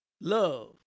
love